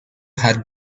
had